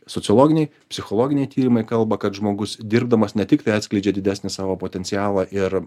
sociologiniai psichologiniai tyrimai kalba kad žmogus dirbdamas ne tiktai atskleidžia didesnį savo potencialą ir